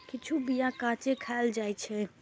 किछु बीया कांचे खाएल जाइ छै